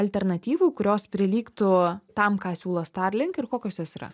alternatyvų kurios prilygtų tam ką siūlo starlink ir kokios jos yra